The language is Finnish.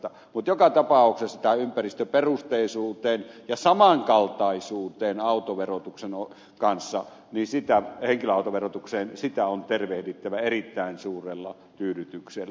mutta joka tapauksessa tätä ympäristöperusteisuutta ja samankaltaisuutta henkilöautoverotuksen kanssa on tervehdittävä erittäin suurella tyydytyksellä